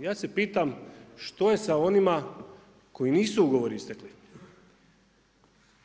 Ja se pitam što je sa onima kojima nisu ugovori istekli,